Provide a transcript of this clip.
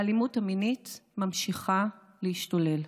האלימות המינית ממשיכה להשתולל.